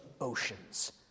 oceans